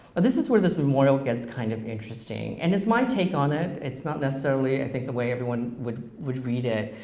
but this is where this memorial gets kind of interesting, and it's my take on it. its not necessarily, i think, the way everyone would would read it,